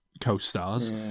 co-stars